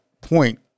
point